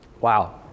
Wow